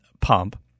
pump